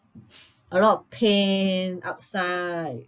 a lot of paint outside